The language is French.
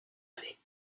années